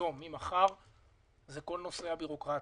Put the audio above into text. ממחר זה נושא הבירוקרטיה,